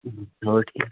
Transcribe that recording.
چلو ٹھیٖک